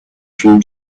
from